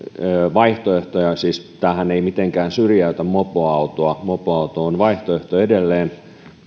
vaihtoehtoja siis tämähän ei mitenkään syrjäytä mopoautoa mopoauto on vaihtoehto edelleen